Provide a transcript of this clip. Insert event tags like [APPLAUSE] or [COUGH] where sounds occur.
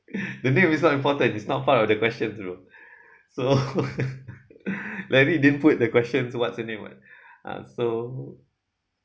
[LAUGHS] the name is not important is not part of the question bro [LAUGHS] so larry didn't put the question what's her name what [BREATH] uh so